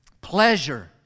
pleasure